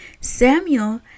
Samuel